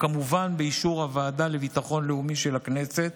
וכמובן באישור הוועדה לביטחון לאומי של הכנסת,